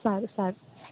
સારું સારું